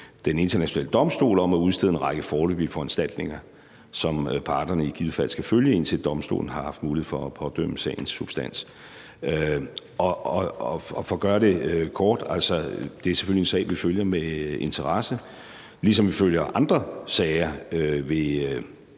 Den Internationale Domstol om at udstede en række foreløbige foranstaltninger, som parterne i givet fald skal følge, indtil domstolen har haft mulighed for at pådømme sagens substans. For at gøre det kort vil jeg sige, at det selvfølgelig er en sag, vi følger med interesse, ligesom vi følger andre sager ved ICJ med